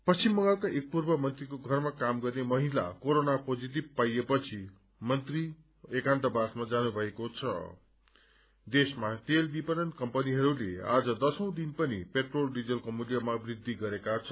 पश्चिम बंगालका एक पूर्व मन्त्रीको घरमा क्रम गर्ने महिला कोरोना पोजीटिष पाइएपछि उहाँ एकान्तवासमा जानु भएको देशमा तेल विपणन कम्पनीहरूले आज दशीं दिन पनि पेट्रोल डीजलको मूल्यमा वृद्धि गरेका छन्